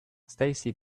stacey